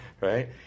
right